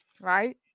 right